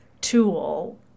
tool